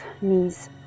knees